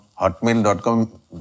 Hotmail.com